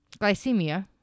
Glycemia